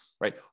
Right